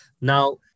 Now